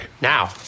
Now